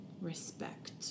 respect